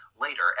later